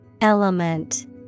Element